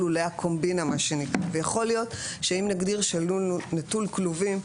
לולי הקומבינה ויכול להיות שאם נגדיר שלול נטול כלובים,